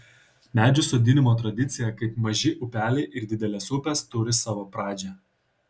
medžių sodinimo tradicija kaip maži upeliai ir didelės upės turi savo pradžią